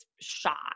shocked